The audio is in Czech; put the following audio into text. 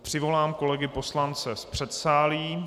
Přivolám kolegy poslance z předsálí.